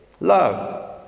love